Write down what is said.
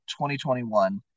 2021